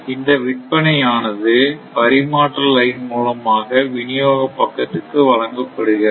இந்த விற்பனையானது பரிமாற்ற லைன் மூலமாக வினியோக பக்கத்துக்கு வழங்கப்படுகிறது